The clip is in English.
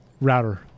router